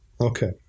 Okay